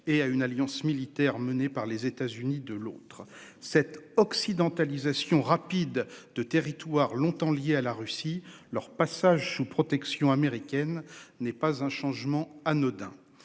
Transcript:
et à une alliance militaire menée par les États-Unis de l'autre cette occidentalisation rapide de territoires longtemps liés à la Russie leur passage sous protection américaine n'est pas un changement anodin